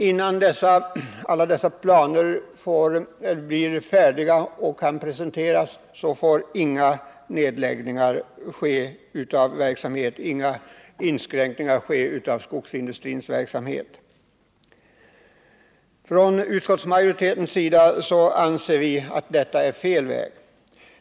Innan alla dessa planer blir färdiga och kan presenteras skall inga nedläggningar eller inskränkningar i skogsindustrins verksamhet få ske. Vi i utskottsmajoriteten anser att detta är fel väg.